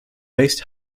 based